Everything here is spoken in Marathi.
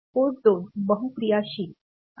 पोर्ट 2 बहुक्रियाशील आहे